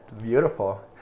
Beautiful